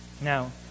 now